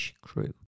crew